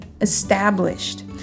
established